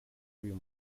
k’uyu